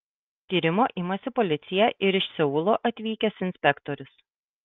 tyrimo imasi policija ir iš seulo atvykęs inspektorius